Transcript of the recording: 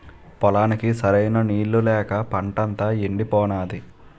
పొలానికి సరైన నీళ్ళు లేక పంటంతా యెండిపోనాది